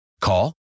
Call